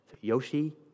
Yoshi